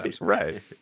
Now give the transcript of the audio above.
Right